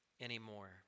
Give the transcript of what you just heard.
anymore